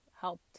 helped